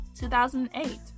2008